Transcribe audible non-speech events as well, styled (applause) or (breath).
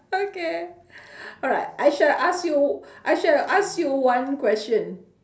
okay (breath) alright I shall ask you I shall ask you one question